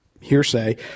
hearsay